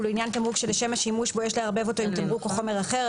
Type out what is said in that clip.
ולעניין תמרוק שלשם השימוש בו יש לערבב אותו עם תמרוק או חומר אחר,